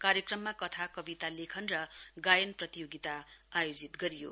कार्यक्रममा कथा कविता लेखन र गायन प्रतियोगिता आयोजित गरिएका थियो